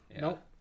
Nope